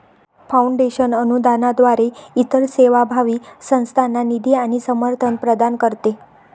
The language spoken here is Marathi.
फाउंडेशन अनुदानाद्वारे इतर सेवाभावी संस्थांना निधी आणि समर्थन प्रदान करते